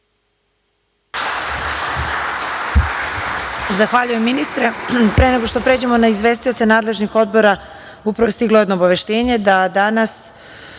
Zahvaljujem ministre. Pre nego što pređemo na izvestioce nadležnih odbora, upravo je stiglo jedno obaveštenje, da danas